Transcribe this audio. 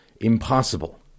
impossible